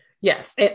Yes